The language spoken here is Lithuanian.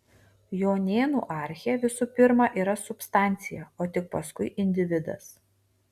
jonėnų archė visų pirma yra substancija o tik paskui individas